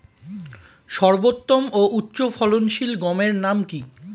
সর্বোত্তম ও উচ্চ ফলনশীল গমের নাম কি?